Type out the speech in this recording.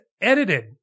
edited